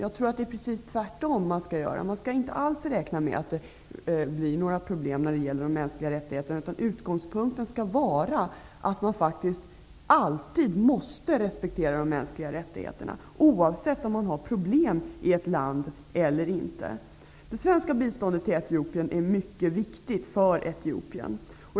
Jag tror att man skall göra precis tvärtom. Man skall inte alls räkna med att det blir problem när det gäller de mänskliga rättigheterna, utan utgångspunkten skall vara att man faktiskt alltid måste respektera de mänskliga rättigheterna, oavsett om det i landet råder problem eller inte. Det svenska biståndet till Etiopien är mycket viktigt för Etiopien.